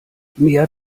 mehr